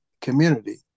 community